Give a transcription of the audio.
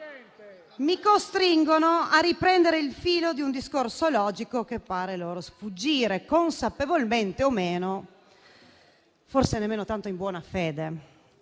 Mi costringono a riprendere il filo di un discorso logico che pare loro sfuggire, consapevolmente o meno e forse nemmeno tanto in buona fede.